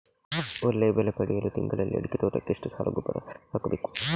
ಒಳ್ಳೆಯ ಬೆಲೆ ಪಡೆಯಲು ತಿಂಗಳಲ್ಲಿ ಅಡಿಕೆ ತೋಟಕ್ಕೆ ಎಷ್ಟು ಸಲ ಗೊಬ್ಬರ ಹಾಕಬೇಕು?